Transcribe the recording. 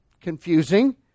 confusing